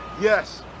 Yes